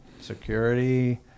security